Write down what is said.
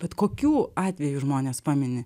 vat kokių atvejų žmonės pamini